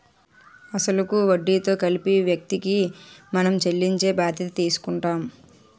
అసలు కు వడ్డీతో కలిపి వ్యక్తికి మనం చెల్లించే బాధ్యత తీసుకుంటాం